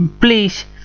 please